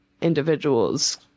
individuals